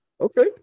okay